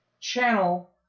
channel